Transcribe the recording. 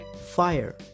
fire